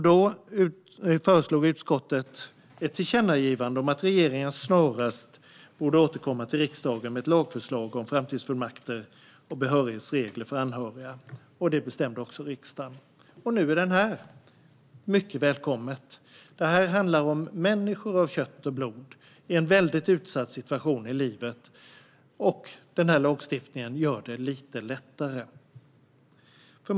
Då föreslog utskottet ett tillkännagivande om att regeringen snarast borde återkomma till riksdagen med ett lagförslag om framtidsfullmakter och behörighetsregler för anhöriga. Det beslutade också riksdagen, och nu är det här, vilket är mycket välkommet. Det handlar om människor av kött och blod i en väldigt utsatt situation i livet, och den här lagstiftningen gör det lite lättare.